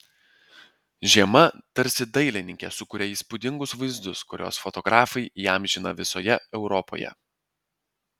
žiema tarsi dailininke sukuria įspūdingus vaizdus kuriuos fotografai įamžina visoje europoje